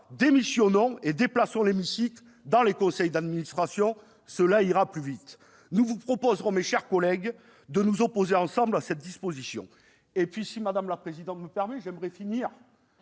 démissionnons et déplaçons l'hémicycle dans leurs conseils d'administration, cela ira plus vite ! Nous vous proposerons, mes chers collègues, de nous opposer ensemble à cette disposition. Si vous me le permettez, madame la présidente, j'aimerais finir